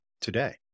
today